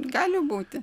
gali būti